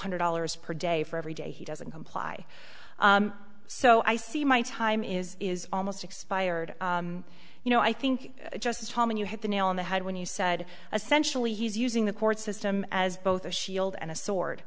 hundred dollars per day for every day he doesn't comply so i see my time is is almost expired you know i think justice holman you hit the nail on the head when you said essentially he's using the court system as both a shield and a sword